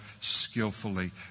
skillfully